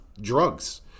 drugs